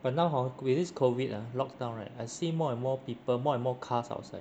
but now hor with this COVID ah lockdown right I see more and more people more and more cars outside